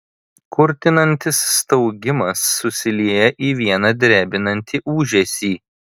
kurtinantis staugimas susilieja į vieną drebinantį ūžesį